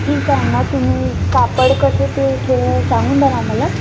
ठीक आहे ना तुम्ही कापडं कसे ते थोडं सांगून द्याल आम्हाला